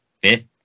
fifth